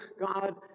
God